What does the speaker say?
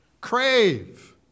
crave